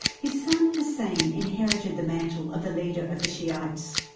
his son hussein inherited the mantle of the leader of the shiites.